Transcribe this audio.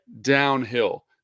downhill